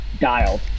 dialed